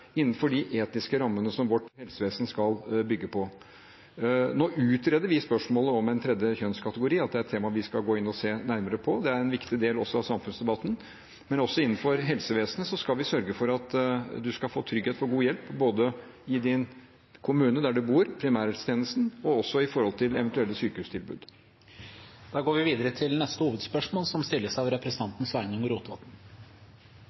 innenfor de etiske rammene som vårt helsevesen skal bygge på. Nå utreder vi spørsmålet om en tredje kjønnskategori, det er et tema vi skal gå inn og se nærmere på. Det er en viktig del av samfunnsdebatten. Også innenfor helsevesenet skal vi sørge for at man skal få trygghet for god hjelp både i kommunen der man bor, i primærhelsetjenesten, og når det gjelder eventuelle sykehustilbud. Vi går til neste hovedspørsmål.